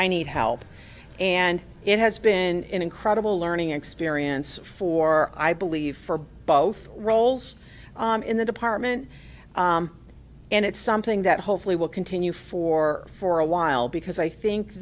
i need help and it has been credible learning experience for i believe for both roles in the department and it's something that hopefully will continue for for a while because i think